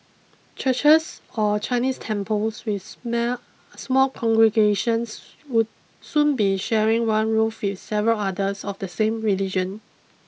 churches or Chinese temples with small congregations would soon be sharing one roof with several others of the same religion